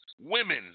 women